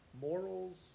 morals